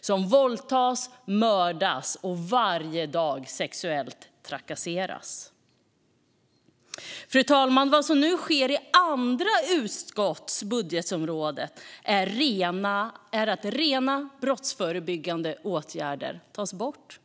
som våldtas, mördas och varje dag trakasseras sexuellt. Fru talman! Vad som nu sker på andra utskotts budgetområden är att rena brottsförebyggande åtgärder tas bort.